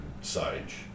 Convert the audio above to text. sage